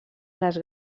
les